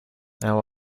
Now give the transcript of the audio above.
our